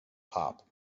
pop